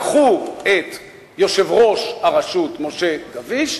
לקחו את יושב-ראש הרשות משה גביש,